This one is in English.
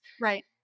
right